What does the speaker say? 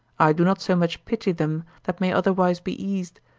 i do not so much pity them that may otherwise be eased,